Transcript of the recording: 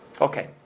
Okay